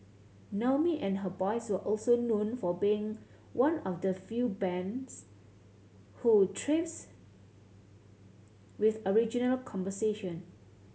Naomi and her boys were also known for being one of the few bands who thrives with original composition